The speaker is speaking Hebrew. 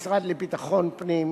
של המשרד לביטחון פנים,